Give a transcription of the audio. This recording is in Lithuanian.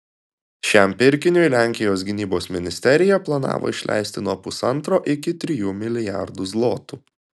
šiam pirkiniui lenkijos gynybos ministerija planavo išleisti nuo pusantro iki trijų milijardų zlotų